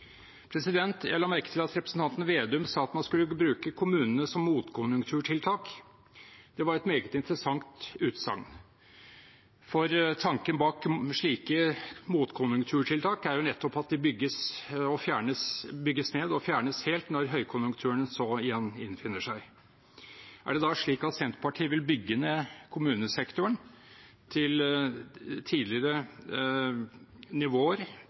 Jeg la merke til at representanten Slagsvold Vedum sa at man skulle bruke kommunene som motkonjunkturtiltak. Det var et meget interessant utsagn. Tanken bak slike motkonjunkturtiltak er nettopp at de bygges ned og fjernes helt når høykonjunkturen igjen innfinner seg. Er det da slik at Senterpartiet vil bygge ned kommunesektoren til tidligere nivåer